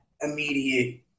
immediate